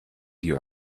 your